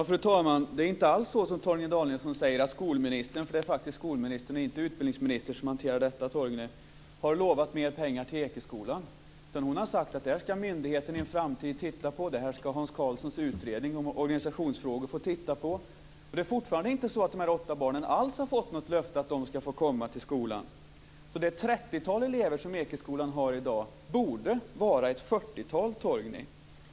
Fru talman! Det är inte alls så som Torgny Danielsson säger att skolministern, för det är faktiskt skolministern och inte utbildningsministern som hanterar detta, har lovat mer pengar till Ekeskolan. Hon har sagt att det här ska myndigheten i en framtid titta på. Det här ska Hans Karlssons utredning om organisationsfrågor titta på. Det är fortfarande inte alls så att de här åtta barnen har fått något löfte om att de ska få komma till skolan. Det trettiotal elever som Ekeskolan har i dag borde vara ett fyrtiotal, Torgny.